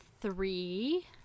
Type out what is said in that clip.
three